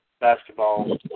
basketball